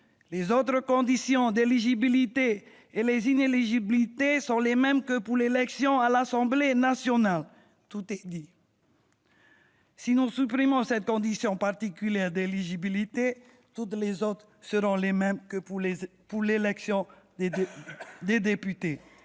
Les autres conditions d'éligibilité et les inéligibilités sont les mêmes que pour l'élection à l'Assemblée nationale. » Tout est dit ! Si nous supprimons cette condition particulière d'éligibilité, toutes les autres seront les mêmes que pour l'élection des députés.